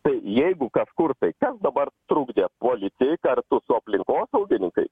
tai jeigu kažkur kas dabar trukdė policijai kartu su aplinkosaugininkais